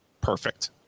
perfect